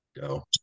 Go